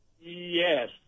Yes